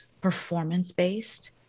performance-based